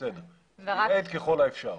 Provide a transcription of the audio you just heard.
לייעד ככל האפשר.